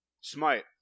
Smite